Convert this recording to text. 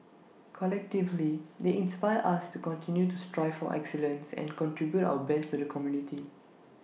collectively they inspire us to continue to strive for excellence and contribute our best to the community